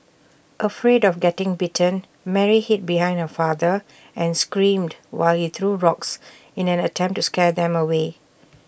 afraid of getting bitten Mary hid behind her father and screamed while he threw rocks in an attempt to scare them away